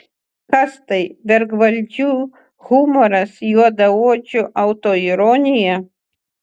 kas tai vergvaldžių humoras juodaodžių autoironija